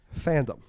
fandom